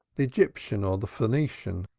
the egyptian or the phoenician,